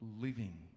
living